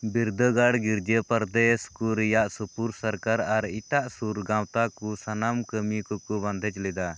ᱵᱤᱨᱫᱟᱹ ᱜᱟᱲ ᱜᱤᱨᱡᱟᱹ ᱯᱨᱚᱫᱮᱥ ᱠᱚ ᱨᱮᱭᱟᱜ ᱥᱩᱯᱩᱨ ᱥᱚᱨᱠᱟᱨ ᱟᱨ ᱮᱴᱟᱜ ᱥᱩᱨ ᱜᱟᱶᱛᱟ ᱠᱚ ᱥᱟᱱᱟᱢ ᱠᱟᱹᱢᱤ ᱠᱚᱠᱚ ᱵᱚᱱᱫᱷᱮᱡᱽ ᱞᱮᱫᱟ